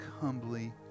humbly